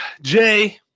Jay